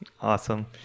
awesome